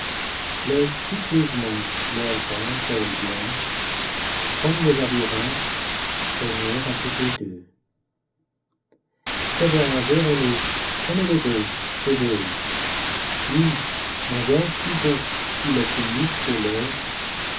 laissent piteusement leurs grandes ailes blanches comme des avirons traîner à côté d'eux ce voyageur ailé comme il est gauche et veule lui naguère si beau qu'il est comique et